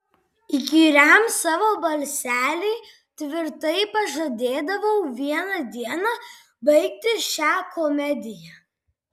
įkyriam savo balseliui tvirtai pažadėdavau vieną dieną baigti šią komediją